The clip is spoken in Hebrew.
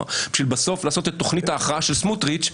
בשביל בסוף לעשות את תוכנית ההכרעה של סמוטריץ',